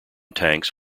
tanks